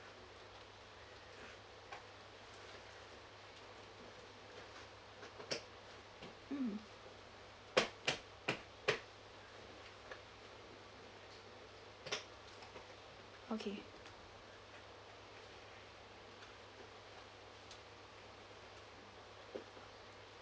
mm okay